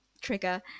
trigger